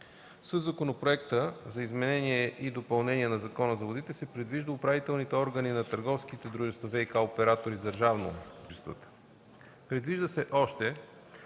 Със законопроекта за изменение и допълнение на Закона за водите се предвижда управителните органи на търговските дружества – ВиК оператори с държавно и/или общинско